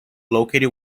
located